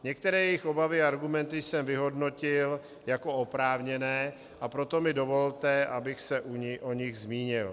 Některé jejich obavy a argumenty jsem vyhodnotil jako oprávněné, a proto mi dovolte, abych se o nich zmínil.